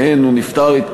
והן: הוא נפטר,